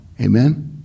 Amen